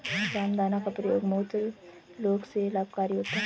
रामदाना का प्रयोग मूत्र रोग में लाभकारी होता है